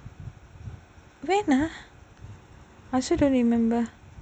when ah I also don't remember